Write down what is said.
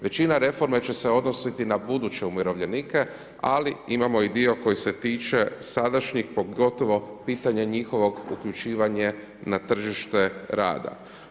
Većina reforme će se odnositi na buduće umirovljenike ali imamo i dio koji se tiče sadašnjih pogotovo pitanje njihovog uključivanja na tržište rada.